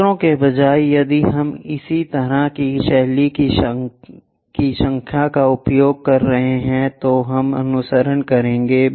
अक्षरों के बजाय यदि हम इसी तरह की शैली की संख्या का उपयोग कर रहे हैं तो हम अनुसरण करेंगे